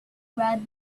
read